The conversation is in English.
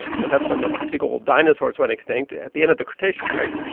because that's when the big old dinosaurs went extinct, at the end of the cretaceous, right?